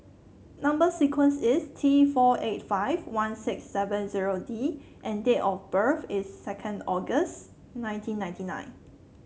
number sequence is T four eight five one six seven zero D and date of birth is second August nineteen ninety nine